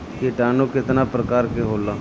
किटानु केतना प्रकार के होला?